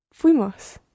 Fuimos